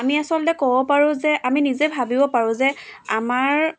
আমি আচলতে ক'ব পাৰো যে আমি নিজে ভাবিব পাৰো যে আমাৰ